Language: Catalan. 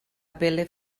pele